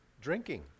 drinking